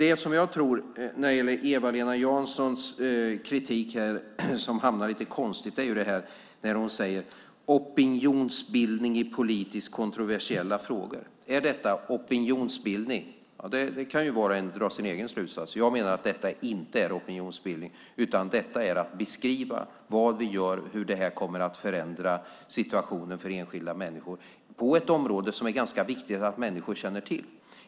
Eva-Lena Janssons kritik hamnar lite konstigt när hon säger "opinionsbildning i politiskt kontroversiella frågor". Är detta opinionsbildning? Var och en kan dra sin egen slutsats. Jag menar att detta inte är opinionsbildning. Detta är att beskriva vad vi gör och hur det här kommer att förändra situationen för enskilda människor på ett område som det är ganska viktigt att människor känner till.